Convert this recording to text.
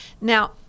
now